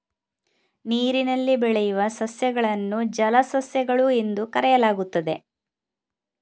ನೀರಿನಲ್ಲಿ ಬೆಳೆಯುವ ಸಸ್ಯಗಳನ್ನು ಜಲಸಸ್ಯಗಳು ಎಂದು ಕರೆಯಲಾಗುತ್ತದೆ